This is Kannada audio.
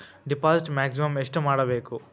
ಡಿಪಾಸಿಟ್ ಮ್ಯಾಕ್ಸಿಮಮ್ ಎಷ್ಟು ಮಾಡಬೇಕು?